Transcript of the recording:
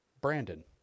Brandon